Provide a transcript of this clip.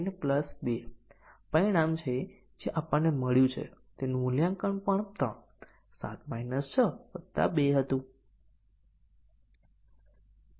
અને તે પછી જ્યારે a 10 ખોટું છે અને અન્ય લોકો અગાઉના એકની જેમ ખોટા સાચા ખોટા સાચા તરીકે રાખવામાં આવે છે